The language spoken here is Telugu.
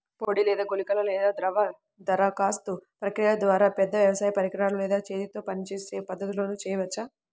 పొడి లేదా గుళికల లేదా ద్రవ దరఖాస్తు ప్రక్రియల ద్వారా, పెద్ద వ్యవసాయ పరికరాలు లేదా చేతితో పనిచేసే పద్ధతులను చేయవచ్చా?